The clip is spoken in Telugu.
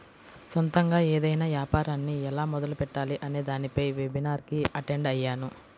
సొంతగా ఏదైనా యాపారాన్ని ఎలా మొదలుపెట్టాలి అనే దానిపై వెబినార్ కి అటెండ్ అయ్యాను